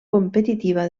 competitiva